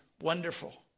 wonderful